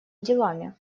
делами